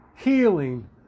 healing